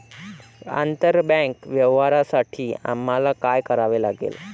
आंतरबँक व्यवहारांसाठी आम्हाला काय करावे लागेल?